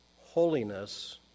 holiness